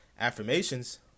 affirmations